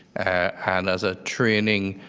and as a training